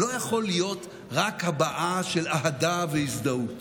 לא יכול להיות רק הבעה של אהדה והזדהות.